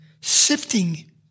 sifting